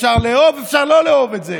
אפשר לאהוב ואפשר לא לאהוב את זה.